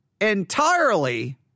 entirely